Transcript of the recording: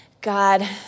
God